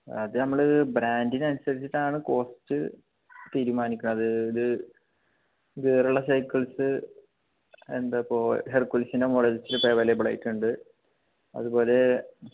അത് നമ്മൾ ബ്രാൻഡിനനുസരിച്ചിട്ടാണ് കോസ്റ്റ് തീരുമാനിക്കുന്നത് അത് ഇത് വേറെയുള്ള സൈക്കിൾസ് എന്താ ഇപ്പോൾ ഹെെയർക്കുലീസിൻ്റെ മോഡൽസിൽ ഇപ്പം അവൈലബിളായിട്ട് ഉണ്ട് അതുപോലെ